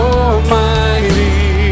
almighty